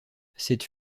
cette